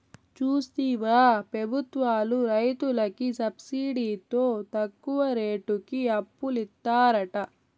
చూస్తివా పెబుత్వాలు రైతులకి సబ్సిడితో తక్కువ రేటుకి అప్పులిత్తారట